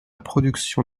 production